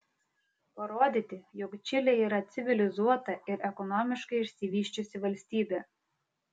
parodyti jog čilė yra civilizuota ir ekonomiškai išsivysčiusi valstybė